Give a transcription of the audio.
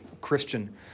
Christian